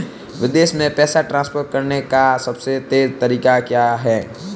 विदेश में पैसा ट्रांसफर करने का सबसे तेज़ तरीका क्या है?